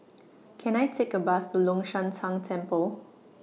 Can I Take A Bus to Long Shan Tang Temple